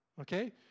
Okay